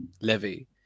levy